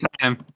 time